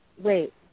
wait